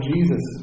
Jesus